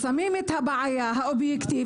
קודם שמים את הבעיה האובייקטיבית,